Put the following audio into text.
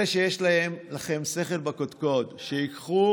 אלה שיש להם שכל בקודקוד, שייקחו